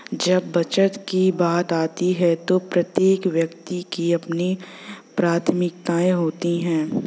जब बचत की बात आती है तो प्रत्येक व्यक्ति की अपनी प्राथमिकताएं होती हैं